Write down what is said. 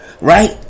Right